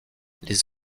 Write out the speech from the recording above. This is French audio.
les